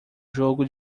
jogo